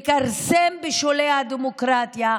ומכרסם בשולי הדמוקרטיה,